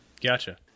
gotcha